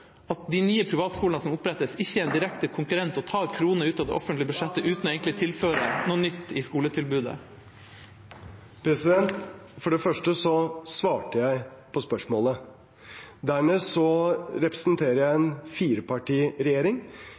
at de nye privatskolene som opprettes, ikke er en direkte konkurrent og tar kroner ut av det offentlige budsjettet uten egentlig å tilføre noe nytt i skoletilbudet. For det første svarte jeg på spørsmålet. Dernest representerer jeg en firepartiregjering.